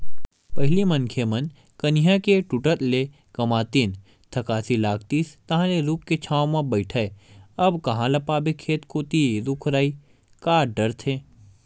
पहिली मनखे मन कनिहा के टूटत ले कमातिस थकासी लागतिस तहांले रूख के छांव म बइठय अब कांहा ल पाबे खेत कोती रुख राई कांट डरथे